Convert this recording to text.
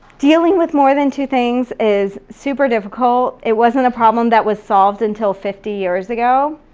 dealing with more than two things is super difficult. it wasn't a problem that was solved until fifty years ago.